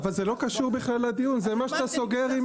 אבל זה לא קשור בכלל לדיון, זה מה שאתה סוגר.